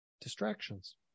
distractions